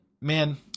man